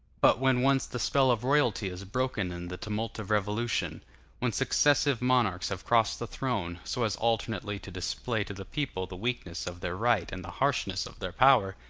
but when once the spell of royalty is broken in the tumult of revolution when successive monarchs have crossed the throne, so as alternately to display to the people the weakness of their right and the harshness of their power,